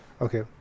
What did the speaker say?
okay